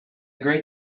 great